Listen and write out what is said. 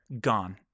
gone